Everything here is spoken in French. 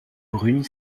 brunes